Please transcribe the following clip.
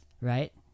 right